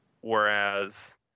Whereas